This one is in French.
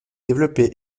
développé